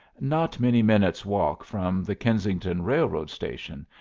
not many minutes' walk from the kensington railroad station,